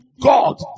God